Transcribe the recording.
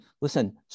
listen